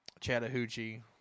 Chattahoochee